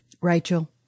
Rachel